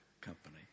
company